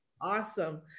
Awesome